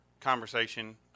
conversation